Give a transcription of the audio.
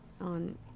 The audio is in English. on